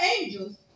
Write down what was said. angels